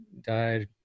died